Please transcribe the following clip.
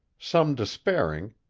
some despairing,